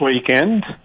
weekend